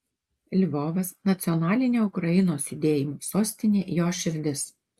lvovas nacionalinio ukrainos judėjimo sostinė jo širdis